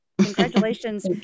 Congratulations